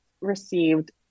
received